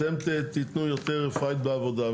אתם תתנו יותר "פייט" בעבודה,